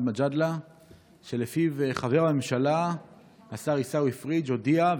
מג'אדלה שעל פיו חבר הממשלה השר עיסאווי פריג' הודיע,